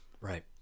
Right